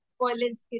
violence